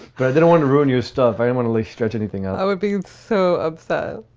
but i didn't want to ruin your stuff. i want to leave, stretch anything. and i would be so upset